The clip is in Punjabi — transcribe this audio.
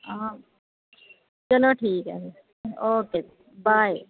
ਹਾਂ ਚਲੋ ਠੀਕ ਹੈ ਫਿਰ ਓਕੇ ਬਾਏ